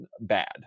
bad